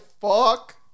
fuck